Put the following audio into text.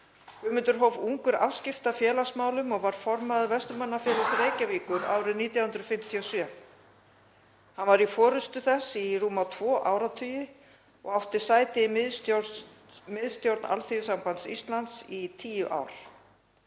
Guðmundur hóf ungur afskipti af félagsmálum og varð formaður Verzlunarmannafélags Reykjavíkur árið 1957. Hann var í forystu þess í rúma tvo áratugi og átti sæti í miðstjórn Alþýðusambands Íslands í 10 ár.